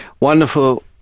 wonderful